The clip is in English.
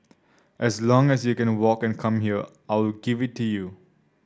as long as you can walk and come here I will give it to you